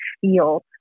feel